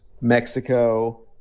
Mexico